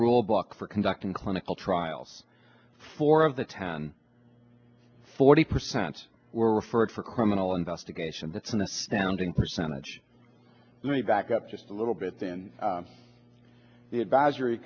rule book for conducting clinical trials four of the ten forty percent were referred for criminal investigation that's an astounding percentage me back up just a little bit then the advisory